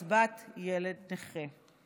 בקצבת ילד נכה.